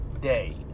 day